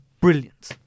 brilliant